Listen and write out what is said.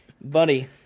buddy